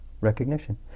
recognition